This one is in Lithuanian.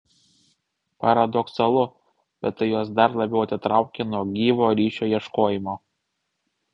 paradoksalu bet tai juos dar labiau atitraukia nuo gyvo ryšio ieškojimo